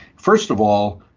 first of all,